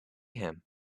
him